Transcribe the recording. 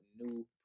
new